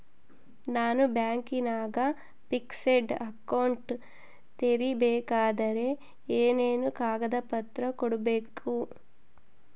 ನಾನು ಬ್ಯಾಂಕಿನಾಗ fixed account ತೆರಿಬೇಕಾದರೆ ಏನೇನು ಕಾಗದ ಪತ್ರ ಕೊಡ್ಬೇಕು?